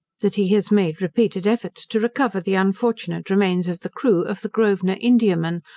that he has made repeated efforts to recover the unfortunate remains of the crew of the grosvenor indiaman,